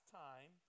time